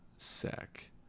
sec